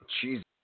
Jesus